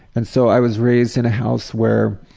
and so i was raised in a house where